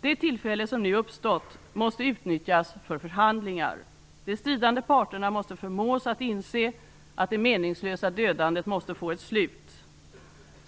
Det tillfälle som nu uppstått måste utnyttjas för förhandlingar. De stridande parterna måste förmås att inse att det meningslösa dödandet måste få ett slut.